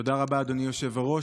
תודה רבה, אדוני היושב-ראש.